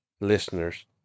listeners